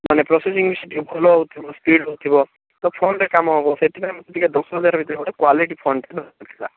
ମାନେ ପ୍ରୋସେସିଂ ଭଲ ସ୍ପିଡ଼ ରହୁଥିବ ତ ଫୋନ୍ରେ କାମ ହେବ ସେଥିପାଇଁ ମୋତେ ଟିକିଏ ଦଶ ହଜାର ଭିତରେ ଗୋଟେ କ୍ୱାଲିଟି ଫୋନ୍ଟେ ଦରକାର ଥିଲା